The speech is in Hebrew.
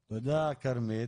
תודה, כרמית.